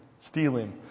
stealing